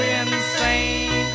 insane